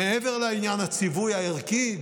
מעבר לעניין הציווי הערכי,